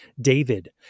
David